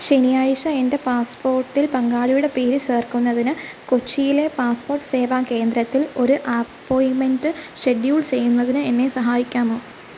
ശനിയാഴ്ച എൻ്റെ പാസ്പോർട്ടിൽ പങ്കാളിയുടെ പേര് ചേർക്കുന്നതിന് കൊച്ചിയിലെ പാസ്പോർട്ട് സേവാ കേന്ദ്രത്തിൽ ഒരു അപ്പോയിൻ്റ്മെൻ്റ് ഷെഡ്യൂൾ ചെയ്യുന്നതിന് എന്നെ സഹായിക്കാമോ